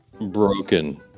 Broken